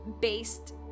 based